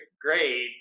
grade